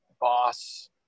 boss